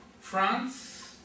France